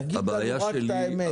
תגידי לנו רק את האמת.